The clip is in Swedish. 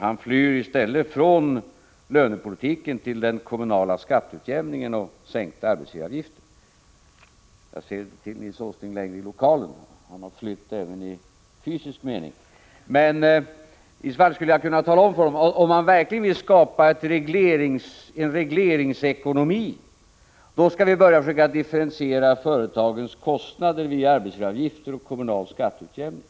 Han flyr från lönepolitiken till den kommunala skatteutjämningen och sänkta arbetsgivaravgifter. Jag ser inte längre till Nils Åsling i lokalen — han har flytt även i fysisk mening. Vore han här skulle jag kunna tala om för honom att om man verkligen vill skapa en regleringsekonomi skall man differentiera företagens kostnader via arbetsgivaravgifter och kommunal skatteutjämning.